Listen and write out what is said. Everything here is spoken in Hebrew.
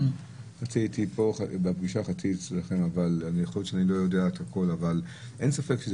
יכול להיות שאני לא יודע הכול אבל אין ספק שכאשר זה